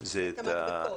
זה את המדבקות.